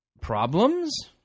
Problems